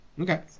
Okay